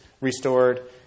restored